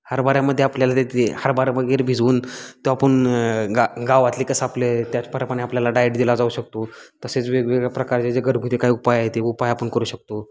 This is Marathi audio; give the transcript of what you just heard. हरभऱ्यामध्ये आपल्याला ते हरभरे वगैरे भिजवून तो आपण गा गावातले कसं आपले त्याचप्रमाणे आपल्याला डायट दिला जाऊ शकतो तसेच वेगवेगळ्या प्रकारचे जे घरगुती काय उपाय आहे ते उपाय आपण करू शकतो